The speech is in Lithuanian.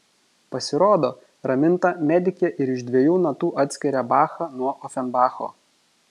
pasirodo raminta medikė ir iš dviejų natų atskiria bachą nuo ofenbacho